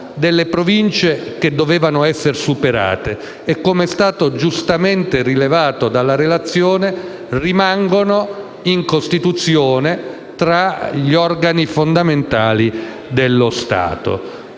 delle Province che dovevano essere superate e che, come è stato giustamente rilevato dalla relazione, rimangono in Costituzione tra gli organi fondamentali dello Stato.